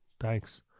thanks